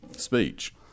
Speech